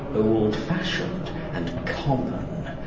old fashioned, and common,